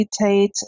meditate